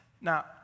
Now